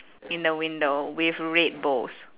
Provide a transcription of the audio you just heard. in the window with red bows